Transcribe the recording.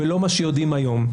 ולא מה שיודעים היום.